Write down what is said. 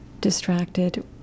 distracted